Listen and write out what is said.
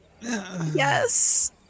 Yes